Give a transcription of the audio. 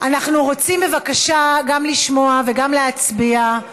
אנחנו רוצים, בבקשה, גם לשמוע וגם להצביע.